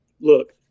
look